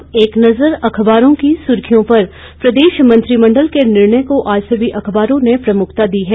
अब एक नजर अखबारों की सुर्खियों पर प्रदेश मंत्रिमंडल के निर्णय को आज सभी अखबारों ने प्रमुखता दी है